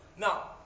Now